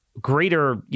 greater